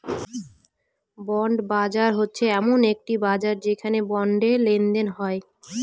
bond বাজার হচ্ছে এমন একটি বাজার যেখানে বন্ডে লেনদেন হয়